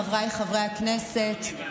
חבריי חברי הכנסת,